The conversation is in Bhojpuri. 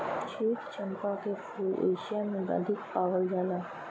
क्षीर चंपा के फूल एशिया में अधिक पावल जाला